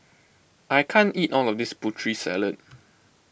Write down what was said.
I can't eat all of this Putri Salad